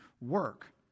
Work